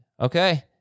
Okay